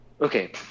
okay